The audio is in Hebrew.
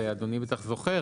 ואדוני בטח זוכר,